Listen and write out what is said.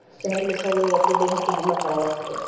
शहर में सब लोग अपनी अपनी घर के बीमा करावत हवे